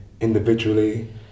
individually